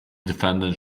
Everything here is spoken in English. defendant